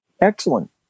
Excellent